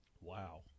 Wow